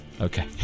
Okay